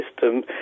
system